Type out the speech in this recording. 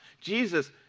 Jesus